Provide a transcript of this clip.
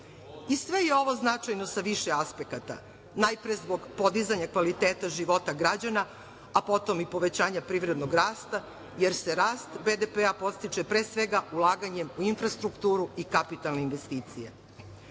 je ovo značajno sa više aspekata, najpre zbog podizanja kvaliteta života građana, a potom i povećanja privrednog rasta, jer se rast BDP-a podstiče pre svega ulaganjem u infrastrukturu i kapitalne